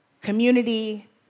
community